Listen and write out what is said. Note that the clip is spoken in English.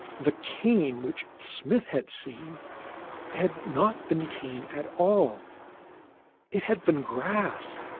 the cane which smith had seen had not been cane at all it had been grass.